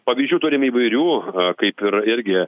pavyzdžių turim įvairių kaip ir irgi